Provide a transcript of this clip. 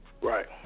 Right